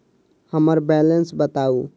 हम्मर बैलेंस बताऊ